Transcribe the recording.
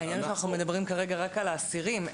אנחנו מדברים כרגע רק על האסירים.